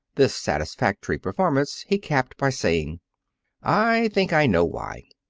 this satisfactory performance he capped by saying i think i know why.